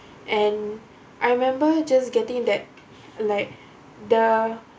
and I remember just getting that like the